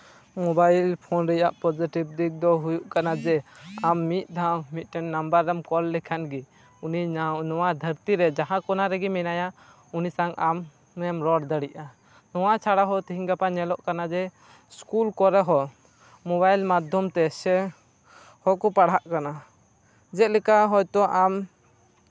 mobile phone ᱨᱮᱭᱟᱜ positive ᱫᱤᱠ ᱫᱚ ᱦᱩᱭᱩᱜ ᱠᱟᱱᱟ ᱡᱮ ᱟᱢ ᱢᱤᱫ ᱫᱷᱟᱣ ᱢᱤᱫᱴᱮᱱ ᱱᱟᱢᱵᱟᱨ ᱨᱮᱢ ᱠᱚᱞ ᱞᱮᱠᱷᱟᱱ ᱜᱮ ᱩᱱᱤ ᱱᱚᱣᱟ ᱫᱷᱟᱹᱨᱛᱤᱨᱮ ᱡᱟᱦᱟᱸ ᱠᱳᱱᱟ ᱨᱮᱜᱮ ᱢᱮᱱᱟᱭᱟ ᱩᱱᱤ ᱥᱟᱶ ᱟᱢᱮᱢ ᱨᱚᱲ ᱫᱟᱲᱮᱭᱟᱜᱼᱟ ᱱᱚᱣᱟ ᱪᱷᱟᱲᱟ ᱦᱚᱸ ᱛᱤᱦᱤᱧ ᱜᱟᱯᱟ ᱧᱮᱞᱚᱜ ᱠᱟᱱᱟ ᱡᱮ ᱥᱠᱩᱞ ᱠᱚᱨᱮ ᱦᱚᱸ ᱢᱳᱵᱟᱭᱤᱞ ᱢᱟᱫᱽᱫᱷᱚᱢ ᱛᱮᱥᱮ ᱦᱚᱲ ᱠᱚ ᱯᱟᱲᱦᱟᱜ ᱠᱟᱱᱟ ᱡᱮᱞᱮᱠᱟ ᱦᱚᱭᱛᱳ ᱟᱢ